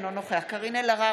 אינו נוכח קארין אלהרר,